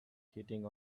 heating